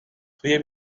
توی